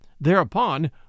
thereupon